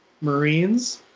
Marines